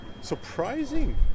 surprising